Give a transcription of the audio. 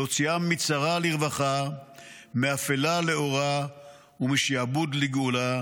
להוציאם מצרה לרווחה, מאפלה לאורה ומשעבוד לגאולה.